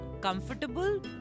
comfortable